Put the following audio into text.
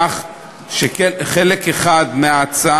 גם כאן תהיה הצבעה.